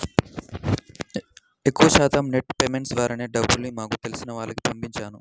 ఎక్కువ శాతం NEFT payments ద్వారానే డబ్బుల్ని మాకు తెలిసిన వాళ్లకి పంపించాను